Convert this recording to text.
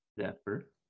Zephyr